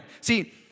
See